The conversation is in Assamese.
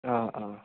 অ' অ'